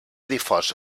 difós